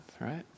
right